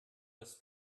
das